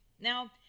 Now